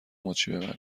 مچی